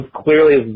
clearly